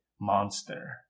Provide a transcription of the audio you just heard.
Monster